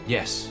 Yes